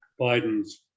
Biden's